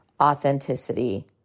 authenticity